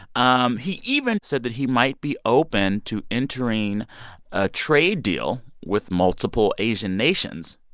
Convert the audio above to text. um he even said that he might be open to entering a trade deal with multiple asian nations,